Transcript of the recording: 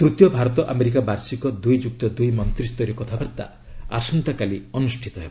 ତୂତୀୟ ଭାରତ ଆମେରିକା ବାର୍ଷିକ ଦୁଇ ଯୁକ୍ତ ଦୁଇ ମନ୍ତ୍ରୀ ସ୍ତରୀୟ କଥାାବର୍ତ୍ତା ଆସନ୍ତାକାଲି ଅନୁଷ୍ଠିତ ହେବ